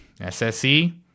SSE